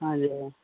हजुर